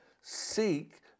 seek